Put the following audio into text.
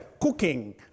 cooking